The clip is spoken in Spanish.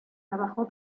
trabajó